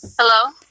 Hello